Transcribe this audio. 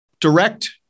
direct